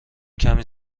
کمی